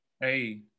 Hey